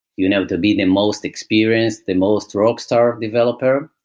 you know to be the most experienced, the most rock star developer.